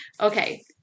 Okay